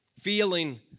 feeling